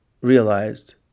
realized